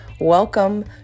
welcome